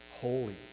holy